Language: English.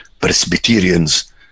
Presbyterians